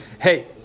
hey